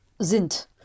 sind